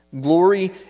glory